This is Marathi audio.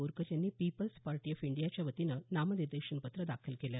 बोरकर यांनी पीपल्स पार्टी ऑफ इंडियाच्यावतीनं नामनिर्देशन पत्रं दाखल केलं